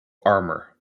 armour